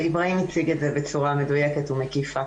איבראהים הציג את זה בצורה מדויקת ומקיפה.